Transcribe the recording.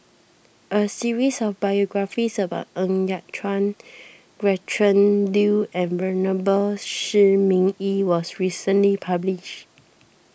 a series of biographies about Ng Yat Chuan Gretchen Liu and Venerable Shi Ming Yi was recently published